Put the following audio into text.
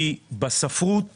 כי בספרות